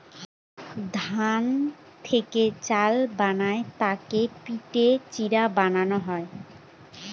ধান থেকে চাল বানায় তাকে পিটে চিড়া বানানো হয়